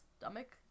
stomach